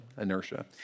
inertia